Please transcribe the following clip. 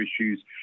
issues